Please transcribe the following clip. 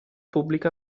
pubblica